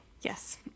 Yes